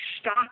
stock